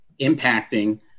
impacting